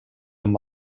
amb